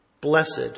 Blessed